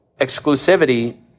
exclusivity